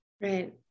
Right